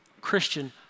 Christian